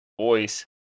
voice